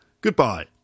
goodbye